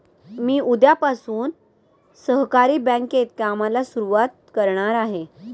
मी उद्यापासून सहकारी बँकेत कामाला सुरुवात करणार आहे